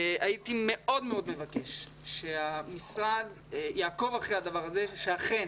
הייתי מאוד מאוד מבקש שהמשרד יעקוב אחרי הדבר הזה ושאכן